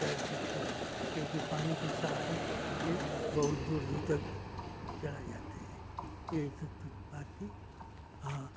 तैर सकते हैं क्योंकि पानी के सहारे ये बहुत दूर दूर तक चले जाते हैं यही सब तो बात थी हाँ